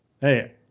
hey